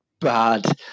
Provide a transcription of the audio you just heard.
bad